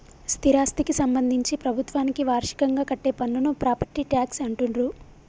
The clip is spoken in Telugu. స్థిరాస్థికి సంబంధించి ప్రభుత్వానికి వార్షికంగా కట్టే పన్నును ప్రాపర్టీ ట్యాక్స్ అంటుండ్రు